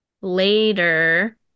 later